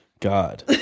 God